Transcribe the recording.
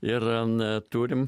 ir na turim